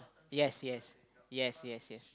yes yes yes yes yes